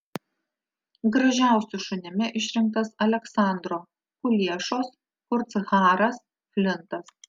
gražiausiu šunimi išrinktas aleksandro kuliešos kurtsharas flintas